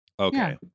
Okay